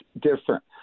different